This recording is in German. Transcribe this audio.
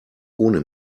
ohne